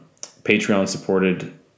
Patreon-supported